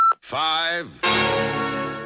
Five